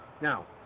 Now